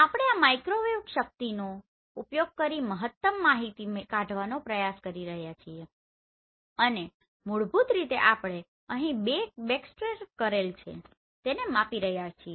આપણે આ માઇક્રોવેવ શક્તિઓનો ઉપયોગ કરીને મહત્તમ માહિતી કાઢવાનો પ્રયાસ કરી રહ્યા છીએ અને મૂળભૂત રીતે આપણે અહીં જે બેકસ્કેટર કરેલ છે તેને માપી રહ્યા છીએ